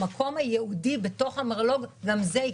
המקום הייעודי בתוך המרלוג, גם זה יקרה.